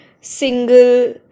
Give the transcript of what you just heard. single